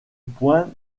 point